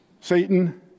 Satan